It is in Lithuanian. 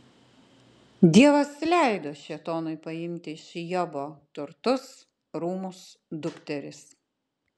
dievas leido šėtonui paimti iš jobo turtus rūmus dukteris